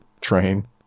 train